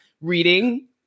reading